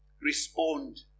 Respond